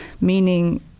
meaning